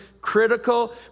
critical